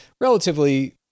relatively